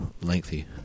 lengthy